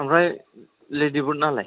ओमफ्राय लेडिबार्ड नालाय